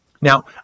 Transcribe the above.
Now